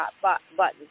hot-button